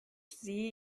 sie